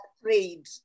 afraid